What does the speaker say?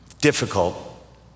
Difficult